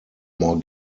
more